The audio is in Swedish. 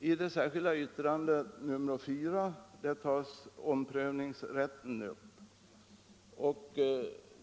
I det särskilda yttrandet nr 4 tas omprövningsrätten upp.